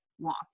walk